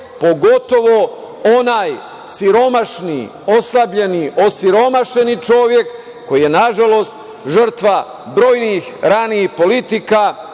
pogotovo onaj siromašni, oslabljeni čovek koji je nažalost žrtva brojnih, ranijih politika,